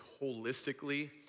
holistically